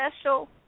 special